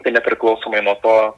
tai nepriklausomai nuo to